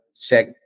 check